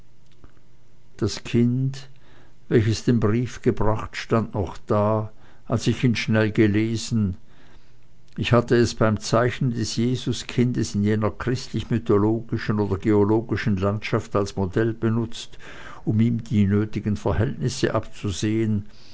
das kind welches den brief gebracht stand noch da als ich ihn schnell gelesen ich hatte es beim zeichnen des jesuskindes in jener christlich mythologischen oder geologischen landschaft als modell benutzt um ihm die nötigsten verhältnisse abzusehen